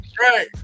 right